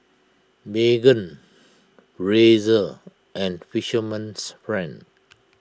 Megan Razer and Fisherman's Friend